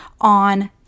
on